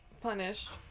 punished